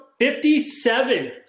57